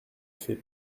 fait